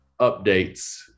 updates